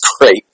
great